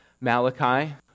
Malachi